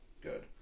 Good